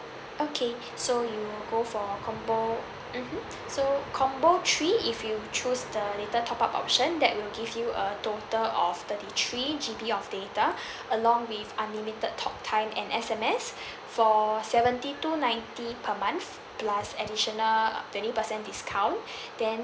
okay so will go for combo mmhmm so combo three if you choose the latter top-up option that will give you a total of thirty three G_B of data along with unlimited talk time and S_M_S for seventy two ninety per month plus additional uh twenty percent discount then